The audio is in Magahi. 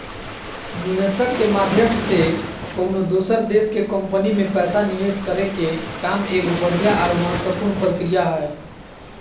निवेशक के माध्यम से कउनो दोसर देश के कम्पनी मे पैसा निवेश करे के काम एगो बढ़िया आरो महत्वपूर्ण प्रक्रिया हय